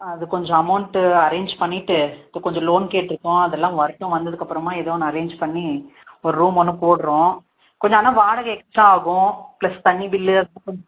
அது கொஞ்சம் amount arrange பண்ணிவிட்டு இப்போ கொஞ்சம் லோன் கேட்டிருக்கோம் அதெல்லாம் வரட்டும் வந்ததுக்கப்புறமா ஏதோ ஒன்று அரேஞ்ச் பண்ணி ஒரு ரூம் ஒன்று போடுறோம் கொஞ்சம் ஆனால் வாடகை எக்ஸ்ட்ரா ஆகும் ப்ளஸ் தண்ணி பில்லு அதுக்கப்பறம்